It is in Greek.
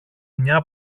μια